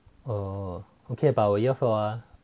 err okay but 我 year four 啊